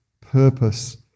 purpose